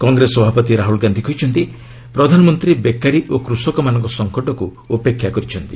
କଂଗ୍ରେସ ସଭାପତି ରାହୁଲ ଗାନ୍ଧି କହିଛନ୍ତି ପ୍ରଧାନମନ୍ତ୍ରୀ ବେକାରୀ ଓ କୃଷକମାନଙ୍କ ସଂକଟକୁ ଉପେକ୍ଷା କରି ଚାଲିଛନ୍ତି